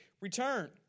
return